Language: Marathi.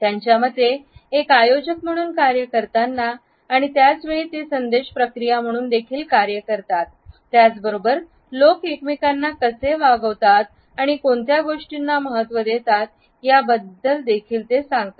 त्याच्या मते ते एक आयोजक म्हणून कार्य करतात आणि त्याच वेळी ते संदेश प्रक्रिया म्हणून देखील कार्य करतात त्याच बरोबर लोक एकमेकांना कसे वागतात आणि कोणत्या गोष्टींना महत्त्व देतात याबद्दल देखील सांगते